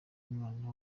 umwanya